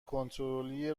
کنترلی